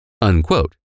unquote